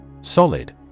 Solid